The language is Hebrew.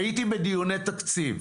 הייתי בדיוני תקציב.